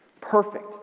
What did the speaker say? Perfect